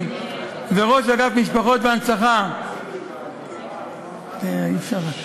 וראש אגף משפחות והנצחה במשרד הביטחון,